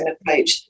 approach